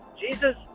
Jesus